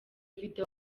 video